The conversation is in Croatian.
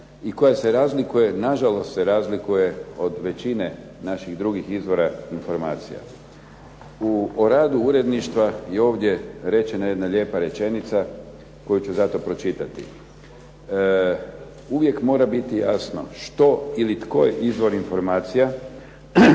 i koja se razlikuje, nažalost se razlikuje od većine naših drugih izvora informacija. O radu uredništva ovdje je rečena jedna lijepa rečenica koju ću zato pročitati. "Uvijek mora biti jasno što ili tko je izvor informacija,